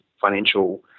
financial